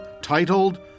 titled